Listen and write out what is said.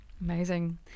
Amazing